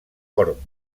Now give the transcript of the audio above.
corm